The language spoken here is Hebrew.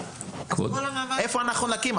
איפה אנחנו נקים?